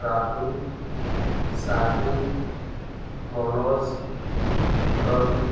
Rahul Sahil Manoj Rohit